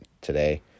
today